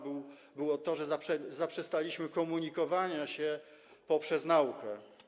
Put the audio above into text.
było to, że zaprzestaliśmy komunikowania się poprzez naukę.